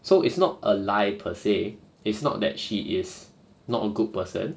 so it's not a lie per se it's not that she is not a good person